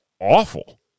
awful